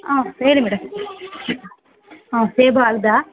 ಹಾಂ ಹೇಳಿ ಮೇಡಮ್ ಹಾಂ ಸೇಬು ಅರ್ಧ